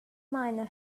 miner